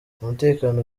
umutekano